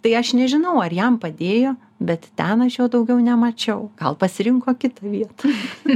tai aš nežinau ar jam padėjo bet ten aš jo daugiau nemačiau gal pasirinko kitą vietą